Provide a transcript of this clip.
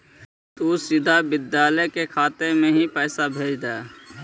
तु सीधा विद्यालय के खाते में ही पैसे भेज द